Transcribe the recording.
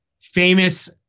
famous